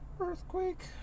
Earthquake